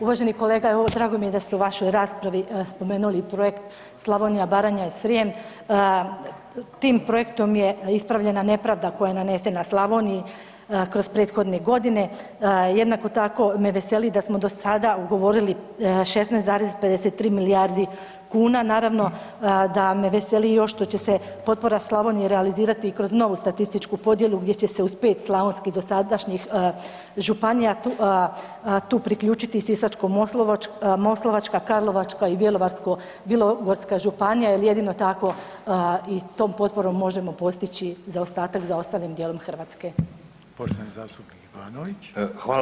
Uvaženi kolega, evo drago mi je da ste u vašoj raspravi spomenuli projekt Slavonija, Baranja i Srijem, tim projektom je ispravljena nepravda koja je nanesena Slavoniji kroz prethodne godine, jednako tako me se veseli da smo do sada ugovorili 16,53 milijardi kuna, naravno da me veseli još što će se potpora Slavonije realizirati kroz novu statističku podjelu gdje će se uz 5 slavonskih dosadašnjih županija tu priključiti i Sisačko-moslavačka, Karlovačka i Bjelovarsko-bilogorska županija jer jedino tako i s tom potporom možemo postići zaostatak za ostalim djelom Hrvatske.